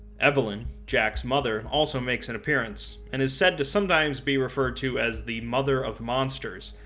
evelyn, jack's mother, also makes an appearance, and is said to sometimes be referred to as the mother of monsters,